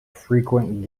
frequent